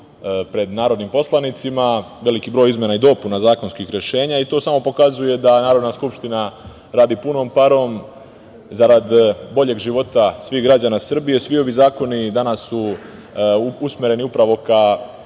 pred narodnim poslanicima, veliki broj izmena i dopuna zakonskih rešenja i to samo pokazuje da Narodna skupština radi punom parom zarad boljeg života svih građana Srbije. Svi ovi zakoni i danas su usmereni upravo ka